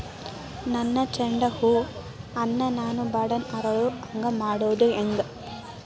ನನ್ನ ಚಂಡ ಹೂ ಅನ್ನ ನಾನು ಬಡಾನ್ ಅರಳು ಹಾಂಗ ಮಾಡೋದು ಹ್ಯಾಂಗ್?